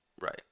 Right